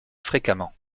fréquemment